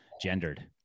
gendered